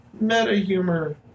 meta-humor